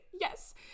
yes